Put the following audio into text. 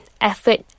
effort